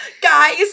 Guys